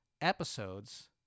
episodes